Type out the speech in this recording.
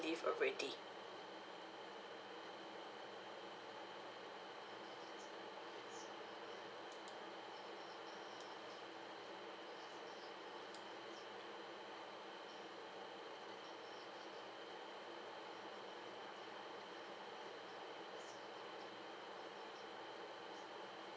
leave already